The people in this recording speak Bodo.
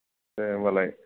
दे होनबालाय